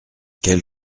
quelle